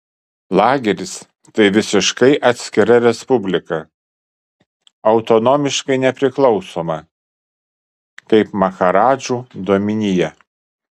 lageris tai visiškai atskira respublika autonomiškai nepriklausoma kaip maharadžų dominija